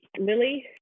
Lily